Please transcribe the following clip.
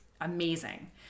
amazing